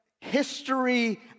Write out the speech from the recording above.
history